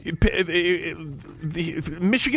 Michigan